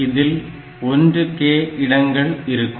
இதில் 1K இடங்கள் இருக்கும்